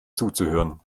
zuzuhören